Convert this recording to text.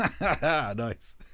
Nice